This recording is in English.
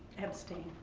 abstained.